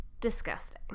disgusting